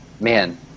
man